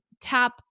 tap